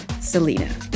Selena